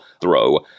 throw